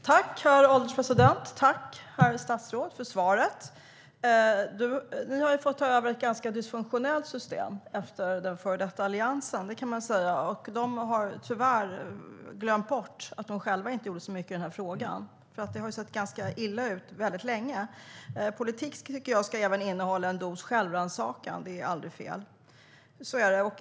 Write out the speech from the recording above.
Herr ålderspresident! Tack, herr statsråd, för svaret! Regeringen har ju fått ta över ett ganska dysfunktionellt system efter den förra alliansregeringen. Allianspartierna har nu tyvärr glömt bort att de själva inte gjorde särskilt mycket i den här frågan. Det har ju sett ganska illa ut länge. Politik, tycker jag, ska även innehålla en dos självrannsakan. Det är aldrig fel.